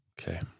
okay